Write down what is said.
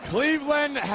Cleveland